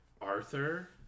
Arthur